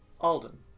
Alden